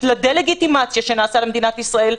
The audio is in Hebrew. לדה-לגיטימציה שנעשית למדינת ישראל,